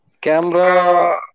camera